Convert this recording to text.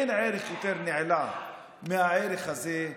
אין ערך יותר נעלה מהערך הזה.